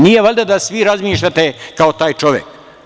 Nije valjda da svih razmišljate kao taj čovek?